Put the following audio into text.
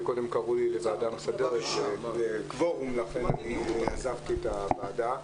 קודם קראו לי לוועדה מסדרת כי אין קוורום לכן עזבתי את הוועדה.